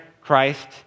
Christ